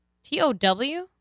T-O-W